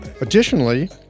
Additionally